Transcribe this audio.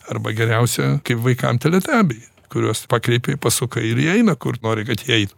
arba geriausia kaip vaikam teletabiai kuriuos pakreipei pasukai ir jie eina kur nori kad jie eitų